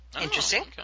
interesting